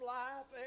life